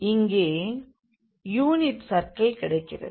இங்கே unit circle கிடைக்கிறது